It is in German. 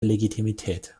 legitimität